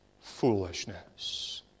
foolishness